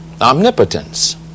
Omnipotence